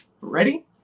Ready